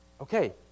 Okay